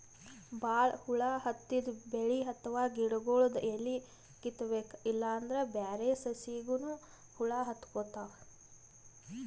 ಭಾಳ್ ಹುಳ ಹತ್ತಿದ್ ಬೆಳಿ ಅಥವಾ ಗಿಡಗೊಳ್ದು ಎಲಿ ಕಿತ್ತಬೇಕ್ ಇಲ್ಲಂದ್ರ ಬ್ಯಾರೆ ಸಸಿಗನೂ ಹುಳ ಹತ್ಕೊತಾವ್